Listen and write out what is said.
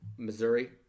Missouri